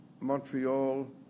Montreal